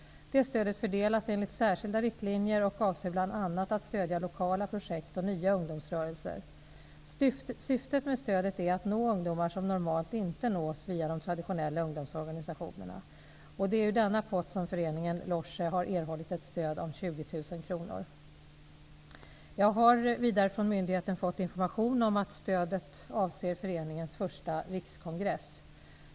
Detta stöd fördelas enligt särskilda riktlinjer och avser bl.a. att stödja lokala projekt och nya ungdomsrörelser. Syftet med stödet är att nå ungdomar som normalt inte nås via de traditionella ungdomsorganisationerna. Det är ur denna pott som föreningen Loesje har erhållit ett stöd om 20 000 kronor. Jag har vidare från myndigheten fått information om att stödet avser föreningens första rikskongress.